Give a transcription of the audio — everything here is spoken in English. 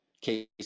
Case